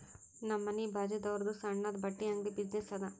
ನಮ್ ಮನಿ ಬಾಜುದಾವ್ರುದ್ ಸಣ್ಣುದ ಬಟ್ಟಿ ಅಂಗಡಿ ಬಿಸಿನ್ನೆಸ್ ಅದಾ